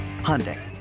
Hyundai